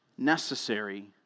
necessary